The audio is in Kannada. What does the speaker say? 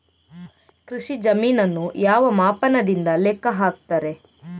ಕೃಷಿ ಜಮೀನನ್ನು ಯಾವ ಮಾಪನದಿಂದ ಲೆಕ್ಕ ಹಾಕ್ತರೆ?